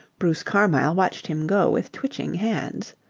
bruce carmyle watched him go with twitching hands.